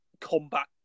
combat